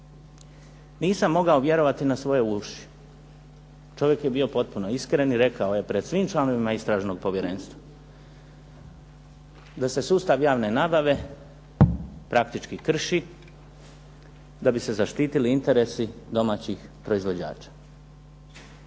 Nisam mogao vjerovati na svoje uši. Čovjek je bio potpuno iskren i rekao je pred svim članovima Istražnog povjerenstva, da se sustav javne nabave praktički krši, da bi se zaštitili interesi domaćih proizvođača.